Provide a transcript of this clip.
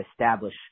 establish